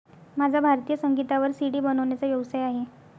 माझा भारतीय संगीतावर सी.डी बनवण्याचा व्यवसाय आहे